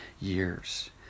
years